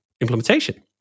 implementation